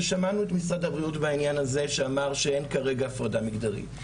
ושמענו את משרד הבריאות בעניין הזה שאמר שאין כרגע הפרדה מגדרית.